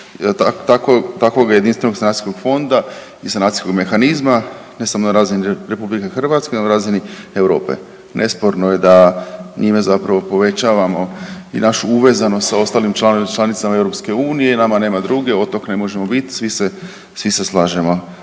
takvog Jedinstvenog sanacijskog fonda i sanacijskog mehanizma, ne samo na razini RH, na razini Europe. Nesporno je da njime zapravo povećavamo i našu uvezanost sa ostalim članicama EU i nama nema druge, otok ne možemo biti, svi se slažemo